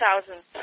thousands